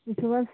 تُہۍ چھِو حظ